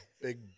big